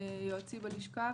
יועצי בלשכה,